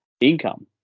income